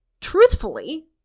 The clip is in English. truthfully